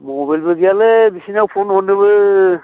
मबाइलबो गैयालै बिसिनाव फन हरनोबो